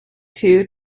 two